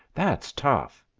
that's tough.